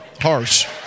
harsh